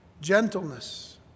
gentleness